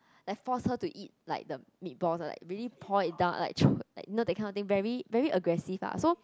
like force her to eat like the meatballs like really pour it down like you know that kind of thing very very aggressive ah so